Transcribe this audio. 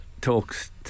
talks